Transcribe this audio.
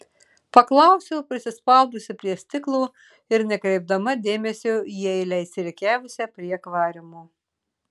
paklausiau prisispaudusi prie stiklo ir nekreipdama dėmesio į eilę išsirikiavusią prie akvariumo